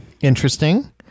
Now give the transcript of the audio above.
Interesting